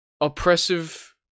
oppressive